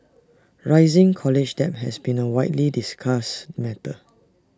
rising college debt has been A widely discussed matter